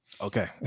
Okay